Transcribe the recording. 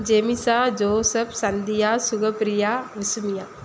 Jemisha Joseph Sandhya Sugapriya Visumiya